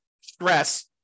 stress